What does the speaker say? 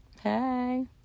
Hey